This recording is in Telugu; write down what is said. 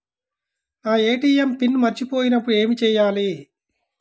నా ఏ.టీ.ఎం పిన్ మర్చిపోయినప్పుడు ఏమి చేయాలి?